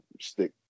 stick